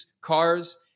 cars